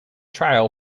trial